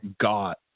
got